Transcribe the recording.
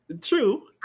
true